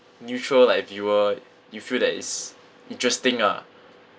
neutral like viewer you feel that is interesting ah